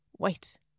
Wait